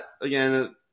again